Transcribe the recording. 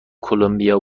کلمبیا